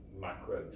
macro